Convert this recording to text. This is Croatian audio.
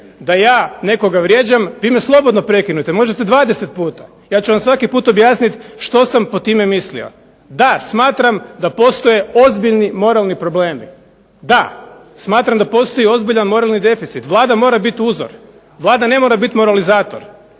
da ja nekoga vrijeđam, vi me slobodno prekinite, možete 20 puta. Ja ću vam svaki puta objasniti što sam pod time mislio. Da, smatram da postoje ozbiljni moralni problemi. Da, smatram da postoji ozbiljni moralni deficit. Vlada mora biti uzor. Vlada ne mora biti moralizator.